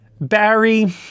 Barry –